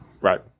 Right